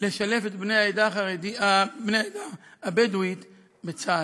לשלב את בני העדה הבדואית בצה"ל.